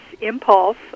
impulse